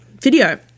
video